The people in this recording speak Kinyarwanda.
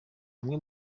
bamwe